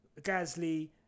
Gasly